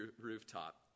rooftop